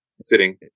sitting